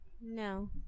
no